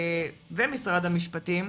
ומשרד המשפטים.